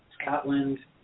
Scotland